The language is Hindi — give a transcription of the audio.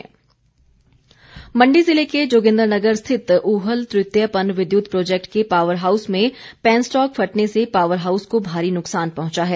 रामस्वरूप मंडी ज़िले के जोगिन्द्रनगर स्थित ऊहल तृतीय पन विद्युत प्रोजेक्ट के पावर हाऊस में पैन स्टॉक फटने से पॉवर हाऊस को भारी नुकसान पहुंचा है